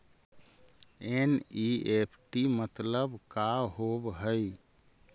NEFT मतलब का होब हई?